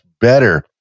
better